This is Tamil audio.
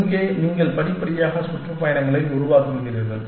இங்கே நீங்கள் படிப்படியாக சுற்றுப்பயணங்களை உருவாக்குகிறீர்கள்